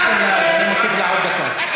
הפרעתם לה, אז אני מוסיף לה עוד דקה.